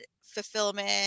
fulfillment